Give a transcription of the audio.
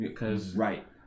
Right